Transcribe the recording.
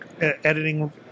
editing